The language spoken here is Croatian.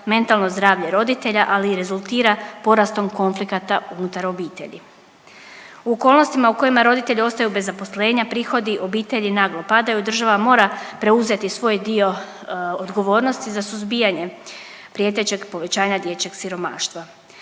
mentalno zdravlje roditelja ali i rezultira porastom konflikata unutar obitelji. U okolnostima u kojima roditelji ostaju bez zaposlenja, prihodi obitelji naglo padaju, država mora uzeti svoj dio odgovornosti za suzbijanje prijetećeg povećanja dječjeg siromaštva.